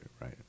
Right